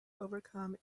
overcome